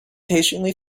patiently